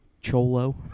Cholo